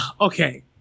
Okay